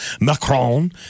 Macron